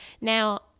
Now